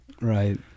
right